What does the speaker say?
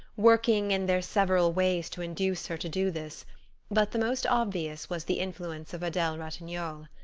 working in their several ways to induce her to do this but the most obvious was the influence of adele ratignolle.